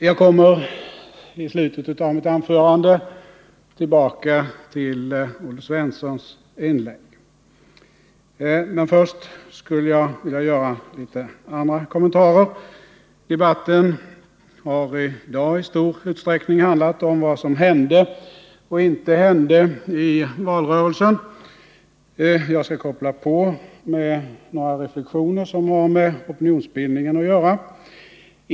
Jag kommer i slutet av mitt anförande tillbaka till Olle Svenssons inlägg, men först vill jag göra några andra kommentarer. Debatten har i dag i stor utsträckning handlat om vad som hände och inte hände i valrörelsen. Jag skall koppla på med några reflexioner som har med opinionsbildningen att göra.